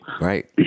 right